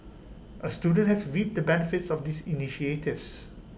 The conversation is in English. A student has reaped the benefits of these initiatives